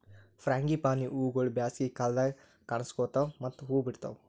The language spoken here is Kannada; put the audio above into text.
ಫ್ರಾಂಗಿಪಾನಿ ಹೂವುಗೊಳ್ ಬ್ಯಾಸಗಿ ಕಾಲದಾಗ್ ಕನುಸ್ಕೋತಾವ್ ಮತ್ತ ಹೂ ಬಿಡ್ತಾವ್